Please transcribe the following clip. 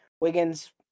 Wiggins